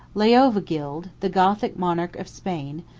leovigild, the gothic monarch of spain,